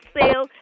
sale